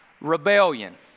rebellion